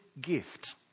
gift